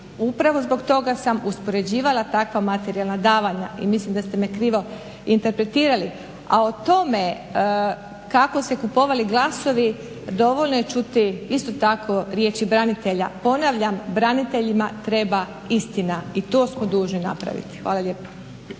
upravo zbog toga sam uspoređivala takva materijalna davanja i mislim da ste me krivo interpretirali. A o tome kako su se kupovali glasovi, dovoljno je čuti isto tako riječi branitelja. Ponavljam, braniteljima treba istina i to smo dužni napraviti. Hvala lijepa.